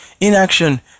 Inaction